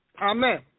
Amen